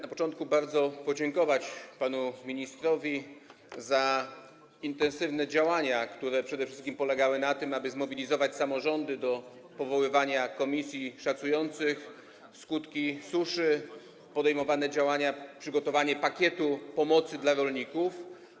Na początku chciałem bardzo podziękować panu ministrowi za intensywne działania, które przede wszystkim polegały na tym, aby zmobilizować samorządy do powoływania komisji szacujących skutki suszy, za podejmowane działania, przygotowanie pakietu pomocy dla rolników.